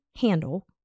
handle